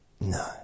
No